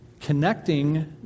connecting